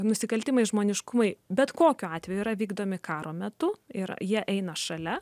nusikaltimai žmoniškumui bet kokiu atveju yra vykdomi karo metu ir jie eina šalia